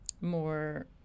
more